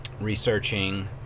researching